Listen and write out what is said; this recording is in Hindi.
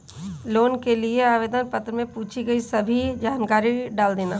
लोन के लिए आवेदन पत्र में पूछी गई सभी जानकारी डाल देना